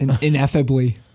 Ineffably